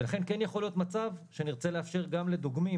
ולכן כן יכול להיות מצב שנרצה לאפשר גם לדוגמים